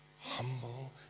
humble